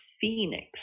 Phoenix